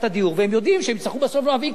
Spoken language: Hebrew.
והם יודעים שהם יצטרכו בסוף להביא כסף.